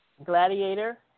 Gladiator